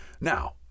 Now